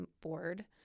board